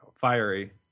fiery